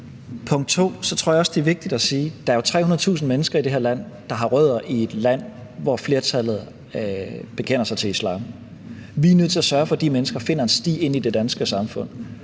også, det er vigtigt at sige, at der jo er 300.000 mennesker i det her land, der har rødder i et land, hvor flertallet bekender sig til islam. Vi er nødt til at sørge for, at de mennesker finder en sti ind i det danske samfund.